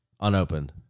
Unopened